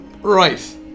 Right